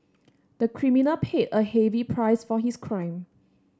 the criminal paid a heavy price for his crime